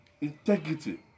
Integrity